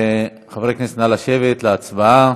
חברי הכנסת, נא לשבת להצבעה.